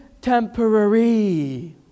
temporary